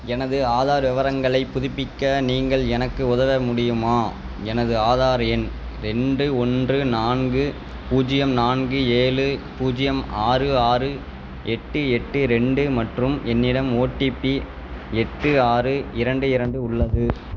எனது ஆதார் விவரங்களைப் புதுப்பிக்க நீங்கள் எனக்கு உதவ முடியுமா எனது ஆதார் எண் ரெண்டு ஒன்று நான்கு பூஜ்ஜியம் நான்கு ஏழு பூஜ்ஜியம் ஆறு ஆறு எட்டு எட்டு ரெண்டு மற்றும் என்னிடம் ஓடிபி எட்டு ஆறு இரண்டு இரண்டு உள்ளது